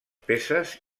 peces